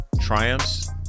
triumphs